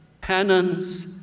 penance